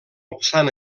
obstant